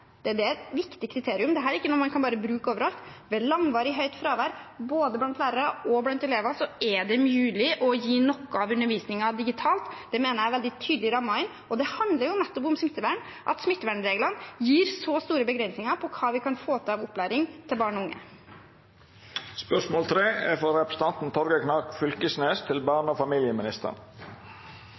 det er et viktig kriterium, dette er ikke noe man bare kan bruke overalt – blant både lærere og elever det er mulig å gi noe av undervisningen digitalt. Det mener jeg er veldig tydelig rammet inn. Det handler nettopp om smittevern – at smittevernreglene gir så store begrensninger på hva vi kan få til av opplæring til barn og unge. «Jeg viser til statsrådens svar på skriftlig spørsmål